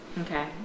Okay